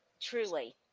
Truly